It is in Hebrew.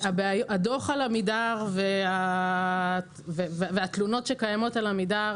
הדוח על עמידר והתלונות שקיימות על עמידר